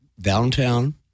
downtown